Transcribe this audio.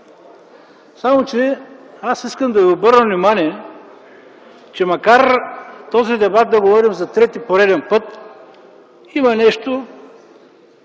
Само, че аз искам да Ви обърна внимание, че макар че този дебат да го водим за трети пореден път, има нещо,